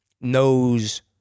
knows